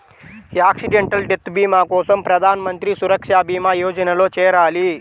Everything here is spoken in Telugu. యాక్సిడెంటల్ డెత్ భీమా కోసం ప్రధాన్ మంత్రి సురక్షా భీమా యోజనలో చేరాలి